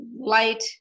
light